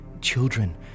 children